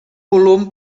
volum